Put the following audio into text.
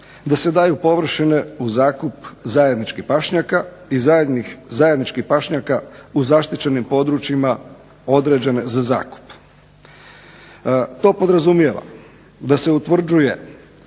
da se daju površine u zakup zajedničkih pašnjaka i zajedničkih pašnjaka u zaštićenim područjima određene za zakup. To podrazumijeva da se utvrđuje